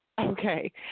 Okay